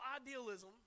idealism